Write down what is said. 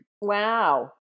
Wow